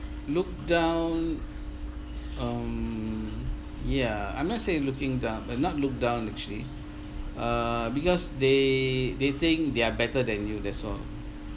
looked down um ya I'm not saying looking down but not looked down actually err because they they think they are better than you that's all